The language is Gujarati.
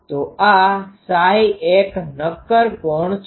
તો આ Ψ એક નક્કર કોણ છે